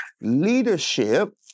Leadership